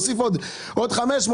אף אחד לא עושה טובות לאף אחד.